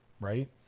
right